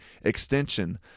extension